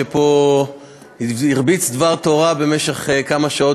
שפה הרביץ דבר תורה במשך כמה שעות,